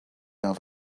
have